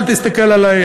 אל תסתכל עלי,